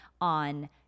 on